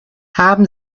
haben